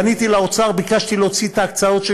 פניתי אל האוצר וביקשתי להוציא את ההקצאות של